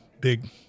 big